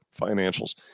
financials